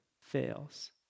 fails